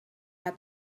had